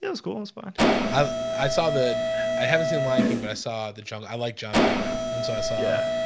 no school and but i i saw the i haven't seen lion king, but i saw the jungle. i like john favreau and so i saw yeah,